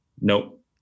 Nope